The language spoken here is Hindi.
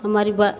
हमारी